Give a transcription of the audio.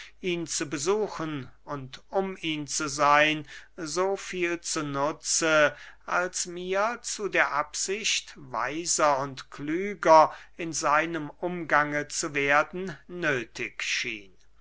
ihn zu besuchen und um ihn zu seyn so viel zu nutze als mir zu der absicht weiser und klüger in seinem umgange zu werden nöthig schien